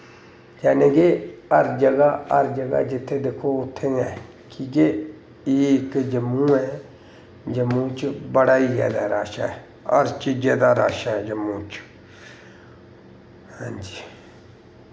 जानि के हर जगह हर जगह जित्थै दिक्खो उत्थै गै कि केह् इ'यै इक जम्मू ऐ जम्मू च बड़ा गै जैदा रश ऐ हर चीजै दा रश ऐ जम्मू च हां जी